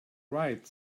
right